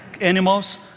animals